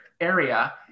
area